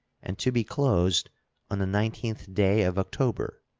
and to be closed on the nineteenth day of october,